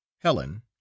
helen